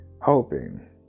Hoping